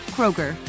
Kroger